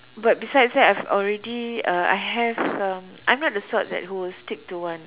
but besides that I've already uh I have um I'm not the sort that who will stick to one